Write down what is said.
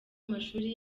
amashuri